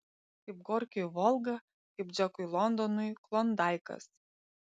kaip gorkiui volga kaip džekui londonui klondaikas